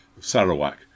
sarawak